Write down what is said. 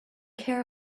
care